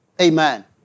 Amen